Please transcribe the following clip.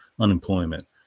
unemployment